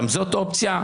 גם זאת אופציה,